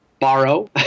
borrow